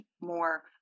more